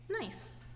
Nice